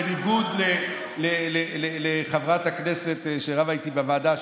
בניגוד לחברת הכנסת שרבה איתי בוועדה,